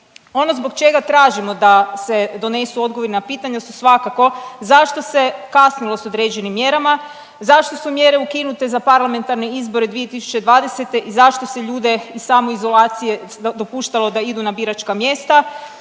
Ono zbog čega tražimo da se donesu odgovori na pitanja su svakako zašto se kasnilo s određenim mjerama, zašto su mjere ukinute za parlamentarne izbore 2020. i zašto se ljude iz samoizolacije dopuštalo da idu na biračka mjesta,